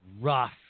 rough